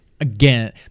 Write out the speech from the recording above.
Again